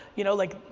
you know like,